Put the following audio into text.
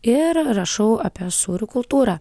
ir rašau apie sūrių kultūrą